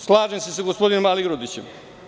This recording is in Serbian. Slažem se sa gospodinom Aligrudićem.